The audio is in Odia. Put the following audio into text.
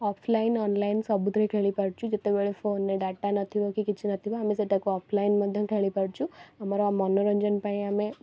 ଅଫଲାଇନ୍ ଅନଲାଇନ୍ ସବୁଥିରେ ଖେଳିପାରୁଛୁ ଯେତେବେଳେ ଫୋନର ଡାଟା ନଥିବ କି କିଛି ନଥିବ ଆମେ ସେଇଟାକୁ ଅଫଲାଇନ୍ ମଧ୍ୟ ଖେଳିପାରୁଛୁ ଆମର ମନୋରଞ୍ଜନ ପାଇଁ ଆମେ